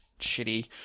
shitty